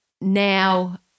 Now